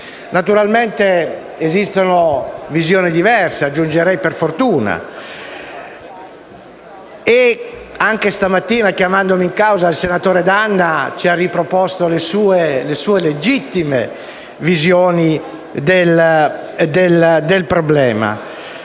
Naturalmente esistono visioni diverse (aggiungerei: per fortuna). Anche stamattina, chiamandomi in causa, il senatore D'Anna ci ha riproposto le sue legittime visioni del problema: